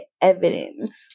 evidence